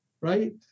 right